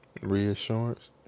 Reassurance